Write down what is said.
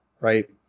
right